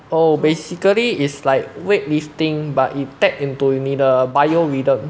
oh basically is like weightlifting but it pack into you 你的 bio rhythm